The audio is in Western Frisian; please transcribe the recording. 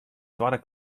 twadde